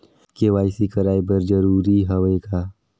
KYC कराय बर जरूरी हवे का?